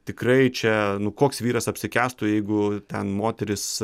tikrai čia nu koks vyras apsikęstų jeigu ten moteris